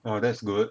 ah that's good